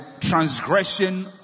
transgression